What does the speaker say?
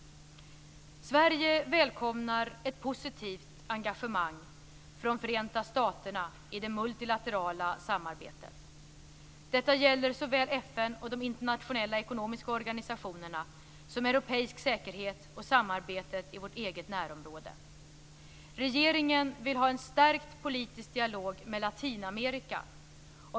Sverige välkomnar ett positivt engagemang från Förenta staterna i det multilaterala samarbetet. Detta gäller såväl FN och de internationella ekonomiska organisationerna som europeisk säkerhet och samarbetet i vårt eget närområde. Regeringen vill ha en stärkt politisk dialog med Latinamerika.